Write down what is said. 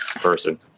person